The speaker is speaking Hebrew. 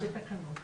תקנות